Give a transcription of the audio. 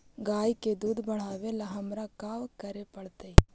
गाय के दुध बढ़ावेला हमरा का करे पड़तई?